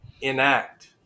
enact